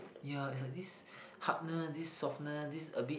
ya is like this hardness this softness this a bit